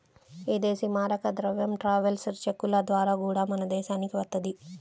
ఇదేశీ మారక ద్రవ్యం ట్రావెలర్స్ చెక్కుల ద్వారా గూడా మన దేశానికి వత్తది